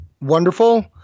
Wonderful